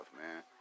man